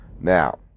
Now